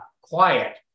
quiet